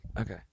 Okay